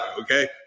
okay